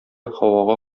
һавага